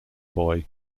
boy